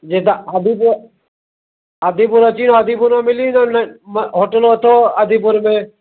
जे तव्हां आदिपुर आदिपुर अची विया आयो आदिपुर में मिली वेंदव न म होटल अथव आदिपुर में